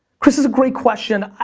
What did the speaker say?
chris, it's a great question.